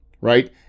right